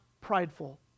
prideful